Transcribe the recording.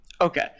Okay